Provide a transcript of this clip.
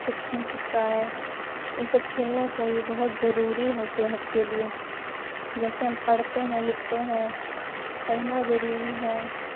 چھپن چھپائی یہ سب کھیلنا چاہیے بہت ضروری ہے صحت کے لیے جیسے ہم پڑھتے ہیں لکھتے ہیں پڑھنا ضروری ہے